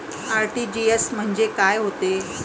RTGS म्हंजे काय होते?